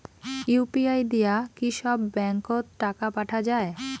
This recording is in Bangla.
ইউ.পি.আই দিয়া কি সব ব্যাংক ওত টাকা পাঠা যায়?